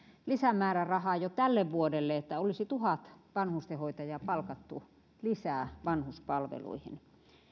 lisämäärärahaa jo tälle vuodelle että olisi tuhat vanhustenhoitajaa palkattu lisää vanhuspalveluihin